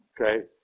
okay